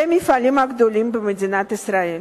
למפעלים הגדולים במדינת ישראל.